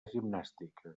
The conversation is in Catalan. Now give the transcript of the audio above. gimnàstica